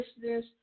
business